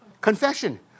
Confession